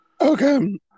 Okay